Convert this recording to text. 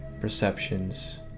perceptions